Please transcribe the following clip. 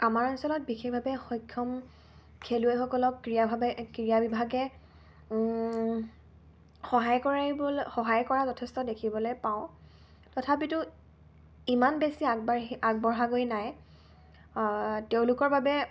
আমাৰ অঞ্চলত বিশেষভাৱে সক্ষম খেলুৱৈসকলক ক্ৰীড়াভাৱে ক্ৰীড়া বিভাগে সহায় কৰিব সহায় কৰা যথেষ্ট দেখিবলৈ পাওঁ তথাপিতো ইমান বেছি আগবাঢ়ি আগবঢ়া গৈ নাই তেওঁলোকৰ বাবে